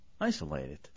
Isolated